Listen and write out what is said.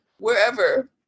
wherever